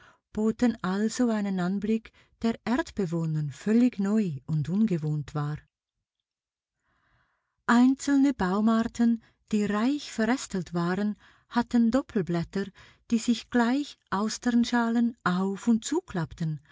boten also einen anblick der erdbewohnern völlig neu und ungewohnt war illustration ein dreibeiniges tier einzelne baumarten die reich verästelt waren hatten doppelblätter die sich gleich austernschalen auf und zuklappten